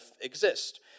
exist